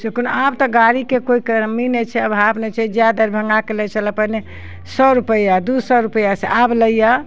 से कोनो आब तऽ गाड़ीके कोइ कमी नहि छै अभाव नहि छै जे दरभङ्गाके लय छलै पहिने सए रुपआ दू सए रुपआ से आब लैए